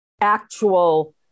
actual